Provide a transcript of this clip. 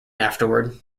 afterward